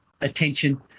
attention